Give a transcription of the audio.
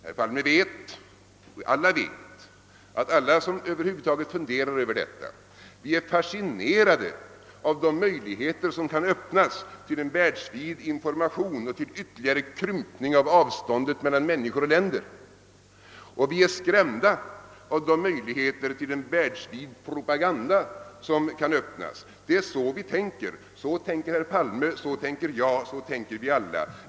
Herr Palme vet och vi andra vet, att alla som över huvud taget funderat över detta är fascinerade av de möjlig heter som öppnas till en världsvid information och till ytterligare krympning av avstånden mellan människor och länder. Vi är skrämda av de möjligheter till en världsvid propaganda som kan öppnas. Det är så vi tänker — så tänker herr Palme, så tänker jag och så tänker vi alla.